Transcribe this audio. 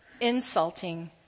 insulting